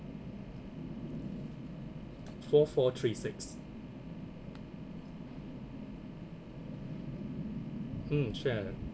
four four three six mm sure